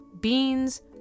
beans